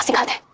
so god.